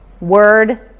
Word